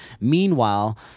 Meanwhile